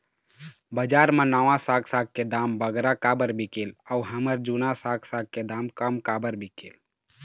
बजार मा नावा साग साग के दाम बगरा काबर बिकेल अऊ हमर जूना साग साग के दाम कम काबर बिकेल?